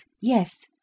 yes